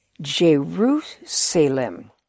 Jerusalem